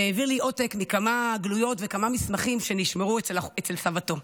שהעביר לי עותק מכמה גלויות וכמה מסמכים שנשמרו אצל סבתו.